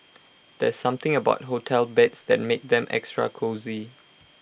there's something about hotel beds that makes them extra cosy